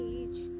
age